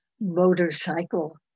motorcycle